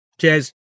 cheers